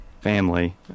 family